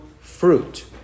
fruit